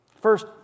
First